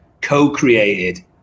co-created